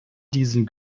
diesen